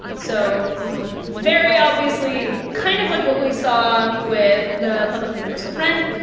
so very obviously, kind of like what we saw with the public universal friend,